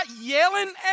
yelling